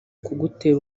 kugutera